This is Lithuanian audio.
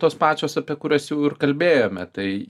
tos pačios apie kurias jau kalbėjome tai